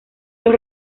los